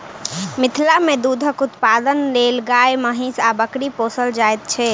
मिथिला मे दूधक उत्पादनक लेल गाय, महीँस आ बकरी पोसल जाइत छै